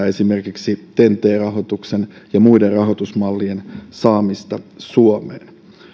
esimerkiksi ten t rahoituksen ja muiden rahoitusmallien saamista suomeen